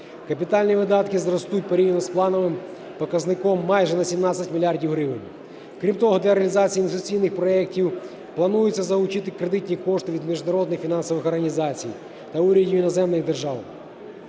Капітальні видатки зростуть порівняно з плановим показником майже на 17 мільярдів гривень. Крім того, для реалізації інвестиційних проектів планується залучити кредитні кошти від міжнародних фінансових організацій та урядів іноземних держав.